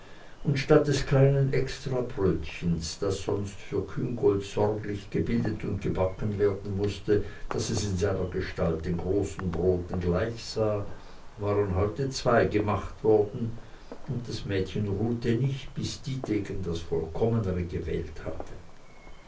und statt des kleinen extrabrötchens das sonst für küngolt sorglich gebildet und gebacken werden mußte daß es in seiner gestalt den großen broten gleichsah waren heute zwei gemacht worden und das mädchen ruhte nicht bis dietegen das vollkommenere gewählt hatte